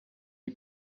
die